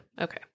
Okay